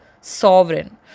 sovereign